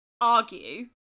argue